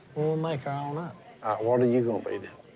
we'll make our own up. what're you gonna be then?